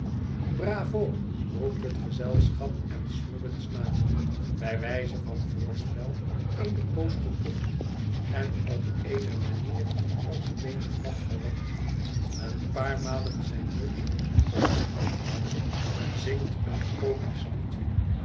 bravo roept het gezelschap en smuggins na bij wijze van voorspel eene poos gekucht en op eene manier die algemeen gelach verwekt een paar malen zijn neus opgehaald te hebben zingt een comisch liedje